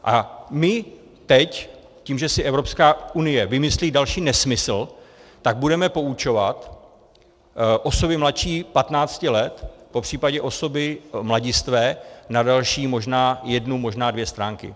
A my teď tím, že si Evropská unie vymyslí další nesmysl, tak budeme poučovat osoby mladší 15 let, popřípadě osoby mladistvé, na další možná jednu, možná dvě stránky.